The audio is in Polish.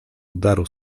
udaru